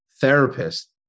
therapist